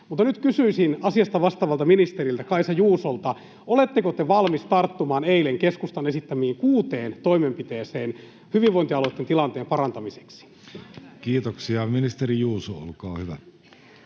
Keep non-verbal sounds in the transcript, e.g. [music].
Nyt kysyisin asiasta vastaavalta ministeriltä, Kaisa Juusolta: oletteko te valmis [noise] tarttumaan eilen keskustan esittämiin kuuteen toimenpiteeseen hyvinvointialueitten tilanteen parantamiseksi? [Sanna Antikainen: